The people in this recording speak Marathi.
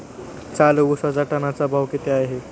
चालू उसाचा टनाचा भाव किती आहे?